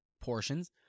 portions